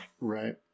Right